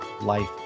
life